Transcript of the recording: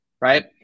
right